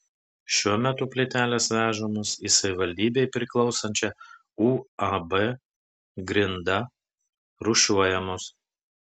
šiuo metu plytelės vežamos į savivaldybei priklausančią uab grinda rūšiuojamos